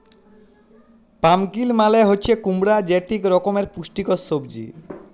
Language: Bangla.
পাম্পকিল মালে হছে কুমড়া যেট ইক রকমের পুষ্টিকর সবজি